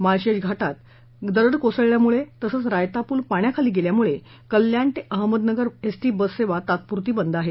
माळशेज घाटात दरड कोसळल्यामुळे तसंच रायता पूल पाण्याखाली गेल्यामुळे कल्याण ते अहमदनगर एसटी बससेवा तात्पुरती बंद आहे